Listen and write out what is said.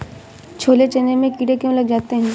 छोले चने में कीड़े क्यो लग जाते हैं?